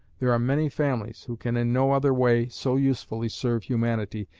there are many families who can in no other way so usefully serve humanity,